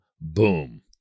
boom